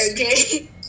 okay